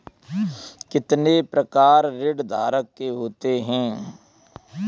कितने प्रकार ऋणधारक के होते हैं?